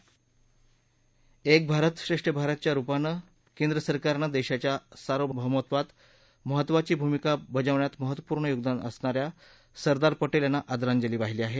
एक भारत श्रेष्ठ भारत च्या रुपानं केंद्र सरकारनं देशाच्या सार्वभौमत्वात महत्वाची भूमिका बजावण्यात महत्वपूर्ण योगदान असणा या सरदार पटेल यांना आदरांजली वाहिली आहे